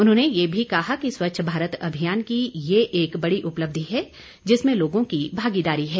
उन्होंने यह भी कहा कि स्वच्छ भारत अभियान की यह एक बड़ी उपलब्धि है जिसमें लोगों की भागीदारी है